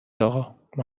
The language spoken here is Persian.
اقا، ما